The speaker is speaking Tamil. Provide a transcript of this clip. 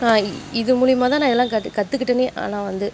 இது மூலிமா தான் நான் எல்லாம் கற்று கற்றுக்கிட்டனே ஆனால் வந்து